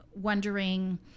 wondering